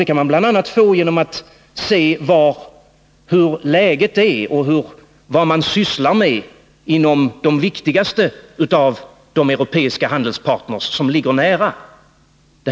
Det kan man bl.a. göra genom att studera vad de viktigaste av våra europeiska handelspartner som ligger nära Sydsverige sysslar med och hur läget är för dem.